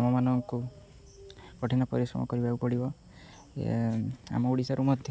ଆମମାନଙ୍କୁ କଠିନ ପରିଶ୍ରମ କରିବାକୁ ପଡ଼ିବ ଆମ ଓଡ଼ିଶାରୁ ମଧ୍ୟ